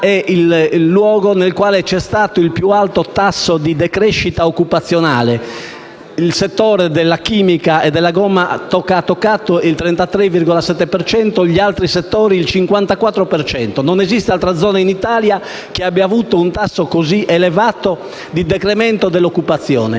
il settore della chimica e della gomma ha toccato il 33,7 per cento, mentre gli altri settori il 54 per cento. Non esiste altra zona in Italia che abbia avuto un tasso così elevato di decremento dell'occupazione.